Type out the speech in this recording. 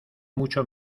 mucho